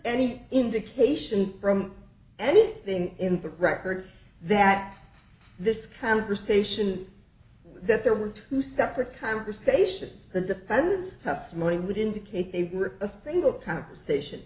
any indication from any then in the record that this conversation that there were two separate conversations the depends testimony would indicate they were a single conversation